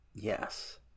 Yes